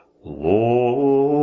Lord